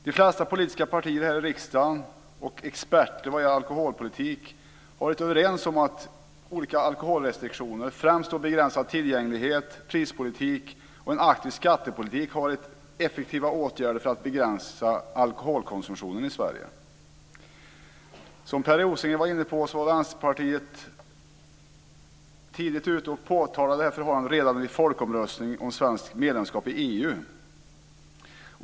De flesta politiska partier här i riksdagen och experter vad gäller alkoholpolitik har varit överens om att olika alkoholrestriktioner, främst begränsad tillgänglighet, prispolitik och en aktiv skattepolitik, har varit effektiva åtgärder för att begränsa alkoholkonsumtionen i Sverige. Som Per Rosengren var inne på var Vänsterpartiet tidigt ute med att påtala detta förhållande redan vid folkomröstningen om svenskt medlemskap i EU.